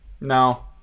no